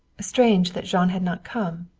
strange that jean had not come.